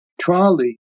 trolley